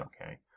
okay